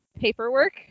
paperwork